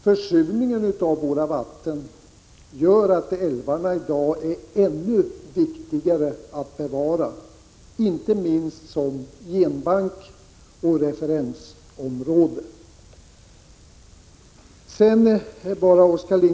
Försurningen av våra vatten gör att älvarna i dag är ännu viktigare att bevara, inte minst som genbanker och referensområden.